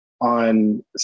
on